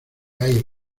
hay